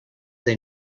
they